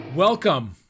Welcome